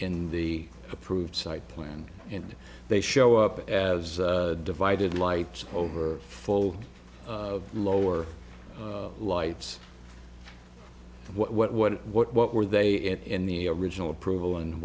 in the approved site plan and they show up as divided lights over full lower lights what what what what were they in the original approval and